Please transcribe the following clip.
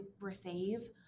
receive